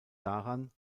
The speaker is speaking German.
daran